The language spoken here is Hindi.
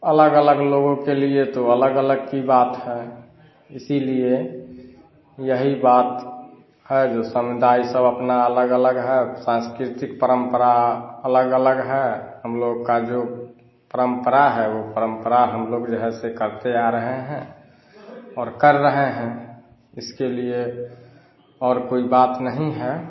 अलग अलग लोगों के लिए तो अलग अलग की बात है इसीलिए यही बात है जो समुदाय सब अपना अलग अलग है साँस्कृतिक परम्परा अलग अलग है हमलोग की जो परम्परा है वह परम्परा जो है सो हमलोग करते आ रहे हैं और कर रहे हैं इसके लिए और कोई बात नहीं है